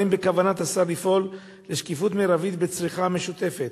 האם בכוונת השר לפעול לשקיפות מרבית בצריכה המשותפת,